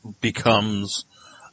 becomes